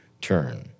turn